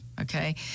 okay